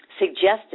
suggested